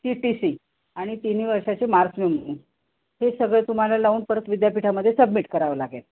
ती T C आणि तिन्ही वर्षांचे मार्क हे सगळं तुम्हाला लावून परत विद्यापीठामध्ये सबमिट करावं लागेल